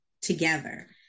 together